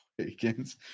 Awakens